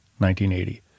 1980